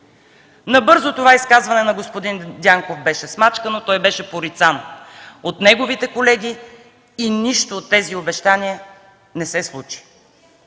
Набързо това изказване на господин Дянков беше смачкано, той беше порицан от неговите колеги и нищо от тези обещания не се случи.